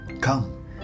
come